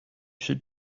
should